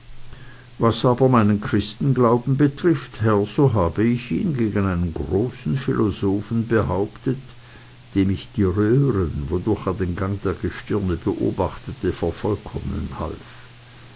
was aber meinen christenglauben betrifft herr so habe ich ihn gegen einen großen philosophen behauptet dem ich die röhren wodurch er den gang der gestirne beobachtete vervollkommnen half